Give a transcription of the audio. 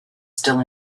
still